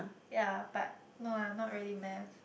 ya but no ah not really maths